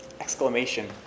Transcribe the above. exclamation